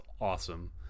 awesome